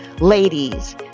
Ladies